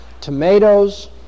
Tomatoes